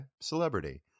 Celebrity